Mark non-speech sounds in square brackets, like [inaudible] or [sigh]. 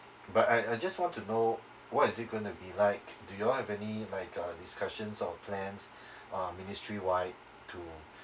but I I just want to know what is it going to be like do you all have any like uh discussions or plans [breath] uh ministry wide to